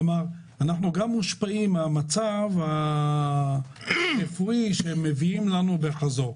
כלומר אנחנו גם מושפעים מן המצב הרפואי שהם מביאים לנו כשהם חוזרים.